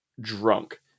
drunk